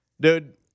Dude